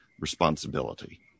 responsibility